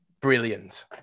brilliant